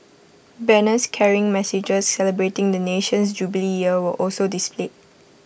banners carrying messages celebrating the nation's jubilee year were also displayed